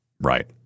Right